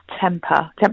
temper